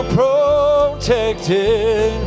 protected